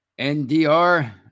NDR